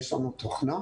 יש לנו תוכנה.